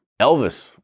Elvis